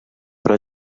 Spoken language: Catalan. però